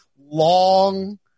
long